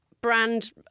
Brand